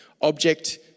Object